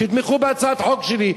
שיתמכו בהצעת החוק שלי,